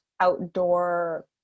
outdoor